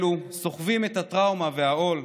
אלו סוחבים את הטראומה והעול.